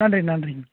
நன்றிங் நன்றிங்ண்ணா